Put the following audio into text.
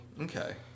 Okay